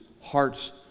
hearts